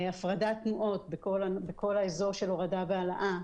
הפרדת תנועות בכל האזור של הורדה והעלאה,